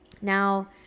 Now